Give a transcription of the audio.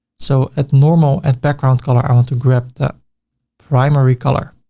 so at normal, at background color, i want to grab the primary color